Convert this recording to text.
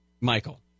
Michael